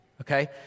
Okay